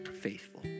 faithful